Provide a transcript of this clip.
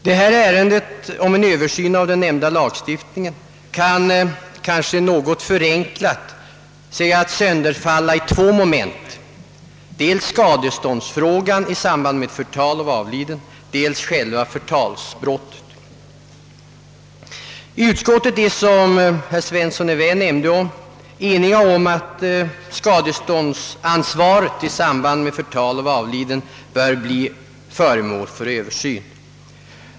Detta ärende om en ny översyn av den nämnda lagstiftningen kan kanske något förenklat sägas sönderfalla i två moment, dels skadeståndsfrågan i samband med förtal av avliden, dels själva förtalsbrottet. Utskottet är, som herr Svensson i Vä nämnde, enigt om att skadeståndsansvaret i samband med förtal av avliden bör bli föremål för översyn.